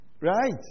Right